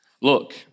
look